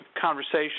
conversation